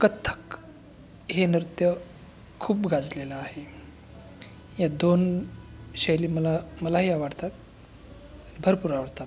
कथ्थक हे नृत्य खूप गाजलेलं आहे या दोन शैली मला मलाही आवडतात भरपूर आवडतात